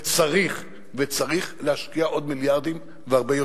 וצריך, וצריך להשקיע עוד מיליארדים, והרבה יותר.